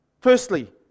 Firstly